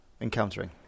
encountering